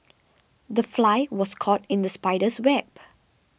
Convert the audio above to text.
the fly was caught in the spider's web